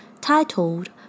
titled